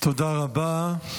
תודה רבה.